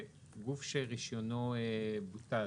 גוף שרישיונו בוטל,